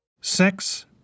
Sex